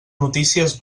notícies